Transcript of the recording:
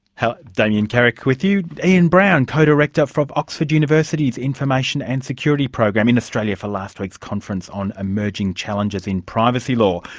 damien carrick with you, ian brown, co-director from oxford university's information and security program, in australia for last week's conference on emerging challenges in privacy law,